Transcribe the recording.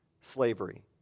slavery